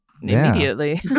immediately